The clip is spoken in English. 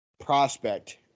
prospect